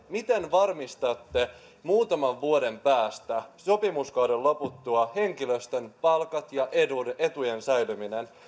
miten varmistatte muutaman vuoden päästä sopimuskauden loputtua henkilöstön palkat ja etujen säilymisen